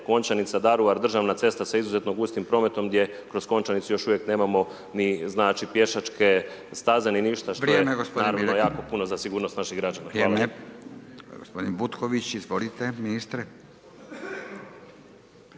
Končanica, Daruvar, državna cesta sa izuzetno gustim prometom gdje kroz Konačanici još uvijek nemamo ni znači pješačke staze ni ništa što je naravno jako puno za sigurnost naših građana. Hvala.